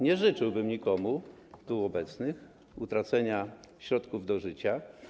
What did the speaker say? Nie życzyłbym nikomu z tu obecnych utracenia środków do życia.